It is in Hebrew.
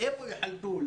איפה יחלקו?